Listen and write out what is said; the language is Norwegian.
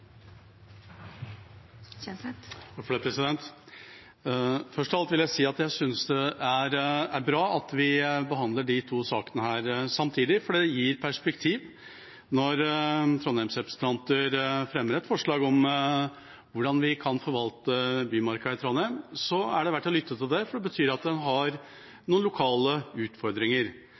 bra at vi behandler disse to sakene samtidig, for det gir perspektiv når Trondheims-representanter fremmer et forslag om hvordan vi kan forvalte Bymarka i Trondheim. Det er verdt å lytte til, for det betyr at en har noen lokale utfordringer.